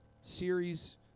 series